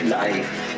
life